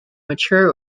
mature